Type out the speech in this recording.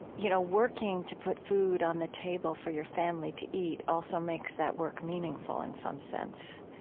you know, working to put food on the table for your family to eat also makes that work meaningful in some sense.